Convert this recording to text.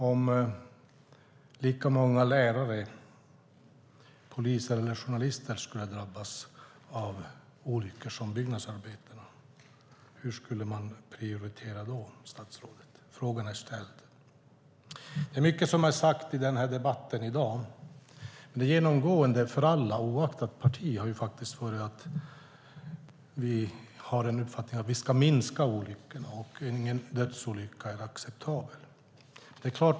Om lika många lärare, poliser eller journalister skulle drabbas av olyckor som byggnadsarbetare, hur skulle man då prioritera, statsrådet? Frågan är ställd. Det är mycket som är sagt i debatten i dag. Det genomgående för alla oaktat parti har varit att vi har uppfattningen att vi ska minska olyckorna och att ingen dödsolycka är acceptabel.